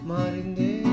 Marinde